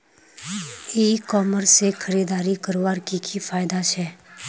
ई commerce से खरीदारी करवार की की फायदा छे?